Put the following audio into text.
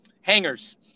hangers